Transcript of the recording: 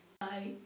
Bye